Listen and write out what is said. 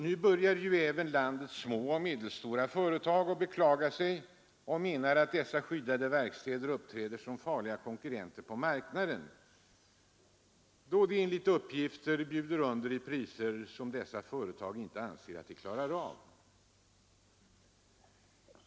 Nu börjar ju även landets små och medelstora företag att beklaga sig och menar, att dessa skyddade verkstäder uppträder som farliga konkurrenter på marknaden, då de enligt uppgift bjuder under i priser som de små och medelstora företagen inte anser sig klara av.